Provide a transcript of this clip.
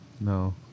No